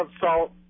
salt